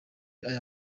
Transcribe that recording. aya